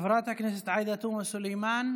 חברת הכנסת עאידה תומא סלימאן,